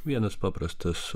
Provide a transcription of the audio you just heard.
vienas paprastas